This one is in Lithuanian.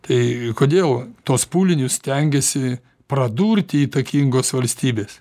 tai kodėl tuos pūlinius stengiasi pradurti įtakingos valstybės